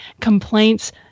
complaints